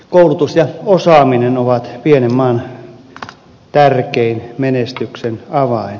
koulutus ja osaaminen ovat pienen maan tärkein menestyksen avain